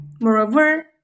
Moreover